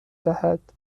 دهد